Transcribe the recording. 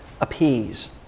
appease